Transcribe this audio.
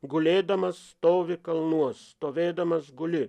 gulėdamas stovi kalnuos stovėdamas guli